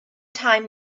time